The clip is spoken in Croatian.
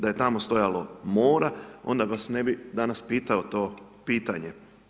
Da je tamo stajalo mora, onda vas ne bi danas pitao to pitanje.